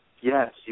yes